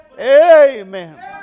Amen